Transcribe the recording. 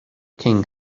king